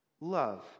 love